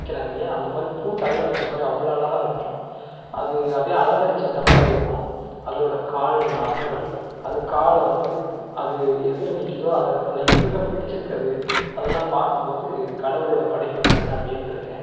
விற்கிறாங்க இல்லையா அந்த மாதிரி பூ தலையில் வைச்சா மாதிரி அவ்வளோ அழகா இருக்கும் அது அப்படியே அலங்கரித்துவிட்ட மாதிரி இருக்கும் அதோடய கால் நகங்கள் அது காலை வந்து அது எதில் நிற்குதோ அதை அதில் இறுக பிடிச்சுருக்கறது அதெல்லாம் பார்க்கும் போது கடவுளோடய படைப்பை கண்டு நான் வியந்திருக்கேன்